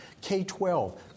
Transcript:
K-12